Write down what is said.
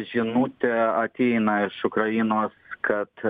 žinutė ateina iš ukrainos kad